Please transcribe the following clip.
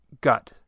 gut